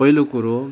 पहिलो कुरो